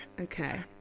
Okay